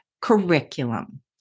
curriculum